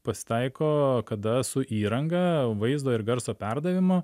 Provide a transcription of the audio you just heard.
pasitaiko kada su įranga vaizdo ir garso perdavimo